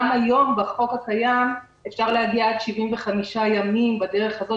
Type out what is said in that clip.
גם היום בחוק הקיים אפשר להגיע עד 75 ימים בדרך הזאת